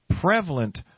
prevalent